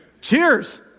Cheers